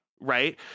Right